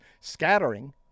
scattering